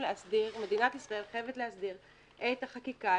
מדינת ישראל חייבת להסדיר את החקיקה,